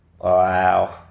Wow